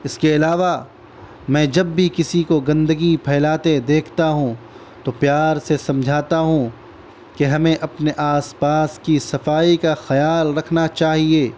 اس کے علاوہ میں جب بھی کسی کو گندگی پھیلاتے دیکھتا ہوں تو پیار سے سمجھاتا ہوں کہ ہمیں اپنے آس پاس کی صفائی کا خیال رکھنا چاہیے